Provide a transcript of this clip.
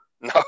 No